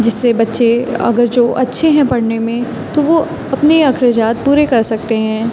جس سے بچے اگر جو اچھے ہیں پڑھنے میں تو وہ اپنے اخراجات پورے کر سکتے ہیں